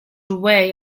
away